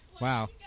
Wow